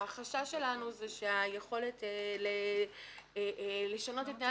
החשש שלנו היא שהיכולת לשנות את תנאי